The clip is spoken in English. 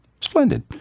Splendid